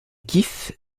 kiev